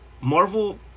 marvel